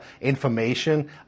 information